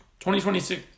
2026